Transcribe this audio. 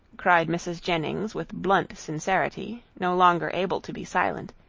cried mrs. jennings with blunt sincerity, no longer able to be silent,